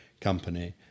company